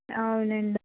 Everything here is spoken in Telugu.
అవునండి